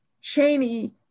Cheney